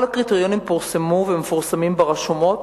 כל הקריטריונים פורסמו ומתפרסמים ברשומות,